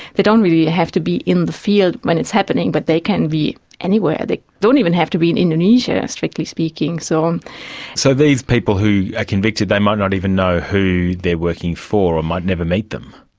they don't really have to be in the field when it's happening, but they can be anywhere. they don't even have to be in indonesia, strictly speaking. so um so these people who are convicted, they might not even know who they are working for or might never meet them.